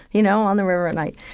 you know, on the river at night.